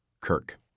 Kirk